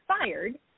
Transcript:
fired